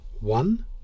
One